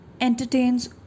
entertains